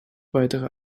weitere